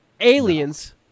Aliens